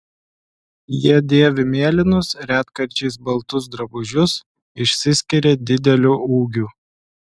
jie dėvi mėlynus retkarčiais baltus drabužius išsiskiria dideliu ūgiu